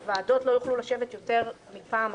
וועדות לא יוכלו לשבת יותר מפעם אחת.